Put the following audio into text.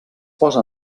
posa